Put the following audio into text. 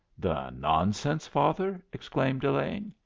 the nonsense, father! exclaimed elaine.